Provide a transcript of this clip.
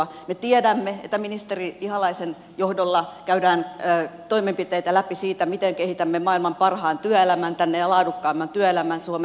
me tiedämme että ministeri ihalaisen johdolla käydään toimenpiteitä läpi siitä miten kehitämme maailman parhaan työelämän tänne ja laadukkaamman työelämän suomen